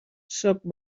sóc